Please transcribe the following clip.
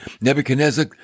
Nebuchadnezzar